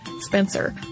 Spencer